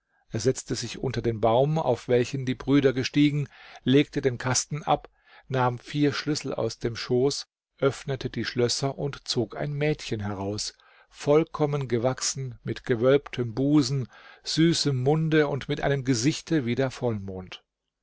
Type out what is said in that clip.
er setzte sich unter den baum auf welchen die brüder gestiegen legte den kasten ab nahm vier schlüssel aus dem schoß öffnete die schlösser und zog ein mädchen heraus vollkommen gewachsen mit gewölbtem busen süßem munde und mit einem gesichte wie der vollmond